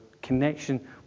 connection